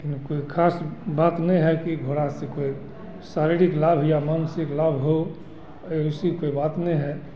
कोई खास बात ने है कि घोड़ा से कोई शारीरिक लाभ या मानसिक लाभ हो ऐसी कोई बात ने है